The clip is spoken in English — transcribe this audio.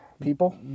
people